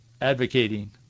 advocating